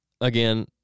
Again